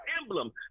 emblem